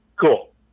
Cool